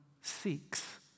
seeks